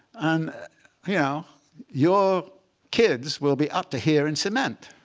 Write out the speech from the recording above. and yeah your kids will be up to here in cement.